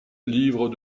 livres